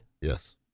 Yes